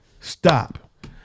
Stop